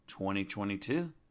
2022